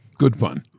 good fun.